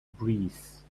breeze